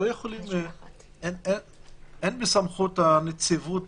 אין בסמכות הנציבות